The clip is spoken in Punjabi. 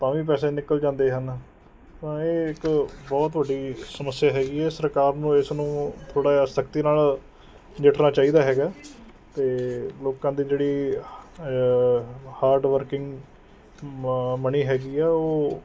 ਤਾਂ ਵੀ ਪੈਸੇ ਨਿਕਲ ਜਾਂਦੇ ਹਨ ਤਾਂ ਇਹ ਇੱਕ ਬਹੁਤ ਵੱਡੀ ਸਮੱਸਿਆ ਹੈਗੀ ਹੈ ਸਰਕਾਰ ਨੂੰ ਇਸ ਨੂੰ ਥੋੜ੍ਹਾ ਜਿਹਾ ਸਖ਼ਤੀ ਨਾਲ਼ ਨਜਿੱਠਣਾ ਚਾਹੀਦਾ ਹੈਗਾ ਅਤੇ ਲੋਕਾਂ ਦੀ ਜਿਹੜੀ ਹਾਰਡ ਵਰਕਿੰਗ ਮ ਮਨੀ ਹੈਗੀ ਆ ਉਹ